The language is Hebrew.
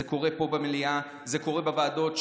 זה קורה פה במליאה; זה קורה בוועדות,